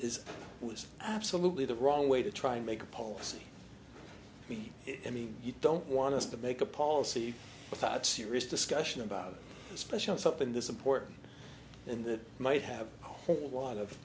is absolutely the wrong way to try and make policy i mean you don't want to make a policy without serious discussion about especially on something this important and that might have whole lot of